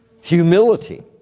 humility